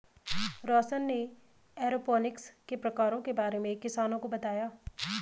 रौशन ने एरोपोनिक्स के प्रकारों के बारे में किसानों को बताया